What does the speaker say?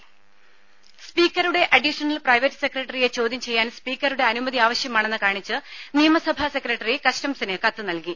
രംഭ സ്പീക്കറുടെ additional private സെക്രട്ടറിയെ ചോദ്യം ചെയ്യാൻ സ്പീക്കറുടെ അനുമതി ആവശ്യമാണെന്ന് കാണിച്ച് നിയമസഭാ സെക്രട്ടറി കസ്റ്റംസിന് കത്ത് നൽകി